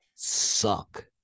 Suck